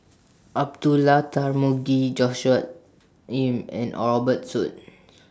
Abdullah Tarmugi Joshua Ip and Robert Soon